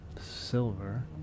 silver